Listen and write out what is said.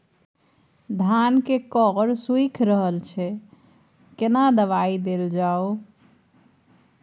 धान के कॉर सुइख रहल छैय केना दवाई देल जाऊ?